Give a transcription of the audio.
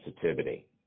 sensitivity